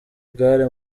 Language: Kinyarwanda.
igare